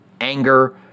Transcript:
anger